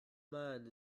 man